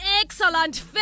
excellent